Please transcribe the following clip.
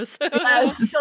Yes